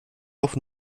auf